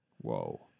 Whoa